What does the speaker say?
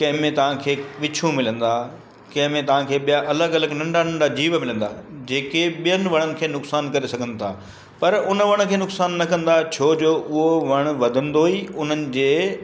कंहिंमें तव्हांखे बिच्छू मिलंदा कंहिंमें तव्हांखे ॿियां अलॻि अलॻि नंढा नंढा जीव मिलंदा जेके ॿियनि वणनि खे नुक़सान करे सघनि था पर उन वण खे नुक़सान न कंदा छोजो उहो वण वधंदो ई उन्हनि जे